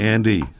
Andy